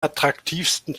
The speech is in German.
attraktivsten